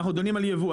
אנחנו דנים על יבוא,